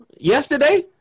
yesterday